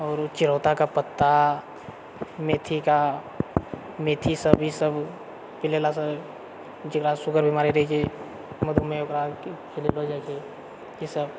आओर चिरैताके पत्ता मेथीके मेथी सब ई सब पिलेलासँ जेकरा शुगर बिमारी रहैत छै मधुमेह ओकरा खिलाएल जाइत छै ई सब